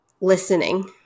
listening